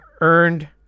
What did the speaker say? earned